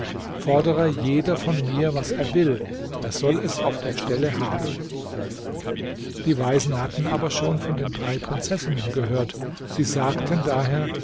fordere jeder von mir was er will er soll es auf der stelle haben die weisen hatten aber schon von den drei prinzessinnen gehört sie sagten daher